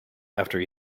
after